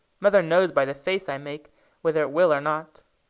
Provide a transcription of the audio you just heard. mother knows by the face i make whether it will or not.